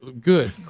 Good